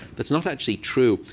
that's not actually true.